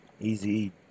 easy